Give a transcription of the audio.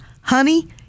honey